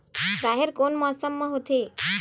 राहेर कोन मौसम मा होथे?